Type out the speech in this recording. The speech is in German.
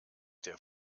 der